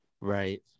Right